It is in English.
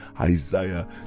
Isaiah